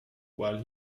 while